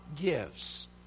gives